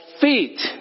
feet